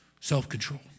Self-control